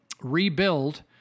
rebuild